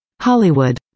Hollywood